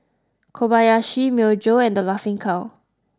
Kobayashi Myojo and The Laughing Cow